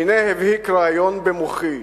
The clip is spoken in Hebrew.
והנה הבהיק רעיון במוחי: